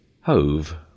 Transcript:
Hove